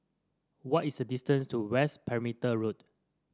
what is the distance to West Perimeter Road